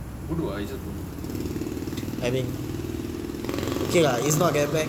bodoh ah it's just bodoh